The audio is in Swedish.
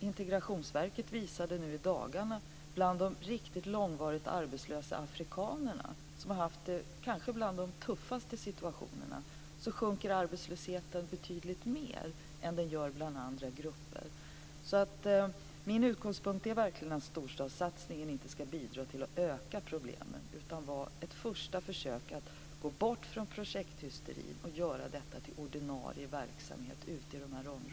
Integrationsverket visade i dagarna att på sina håll sjunker arbetslösheten bland de långvarigt arbetslösa afrikanerna, som kanske har haft den tuffaste situationen, betydligt mer än vad den gör bland andra grupper. Min utgångspunkt är att storstadssatsningen inte ska bidra till att öka problemen, utan den ska vara ett första försök att komma bort från projkekthysterin och göra dem till ordinarie verksamhet i dessa områden. Och jag vet att Ana Maria Narti instämmer i den principen.